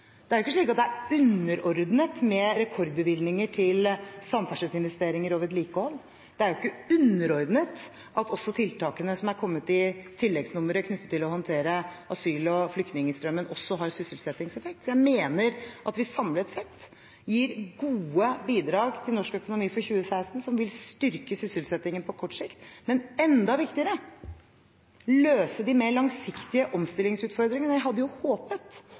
Det er jo ikke slik at det er underordnet med rekordbevilgninger til samferdselsinvesteringer og vedlikehold. Det er jo ikke underordnet at også tiltakene som er kommet i tilleggsnummeret knyttet til å håndtere asyl- og flyktningstrømmen, også har sysselsettingseffekt. Så jeg mener at vi samlet sett gir gode bidrag til norsk økonomi for 2016 som vil styrke sysselsettingen på kort sikt – men enda viktigere: løse de mer langsiktige omstillingsutfordringene. Jeg hadde jo håpet